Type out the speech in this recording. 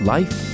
Life